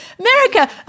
America